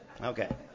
Okay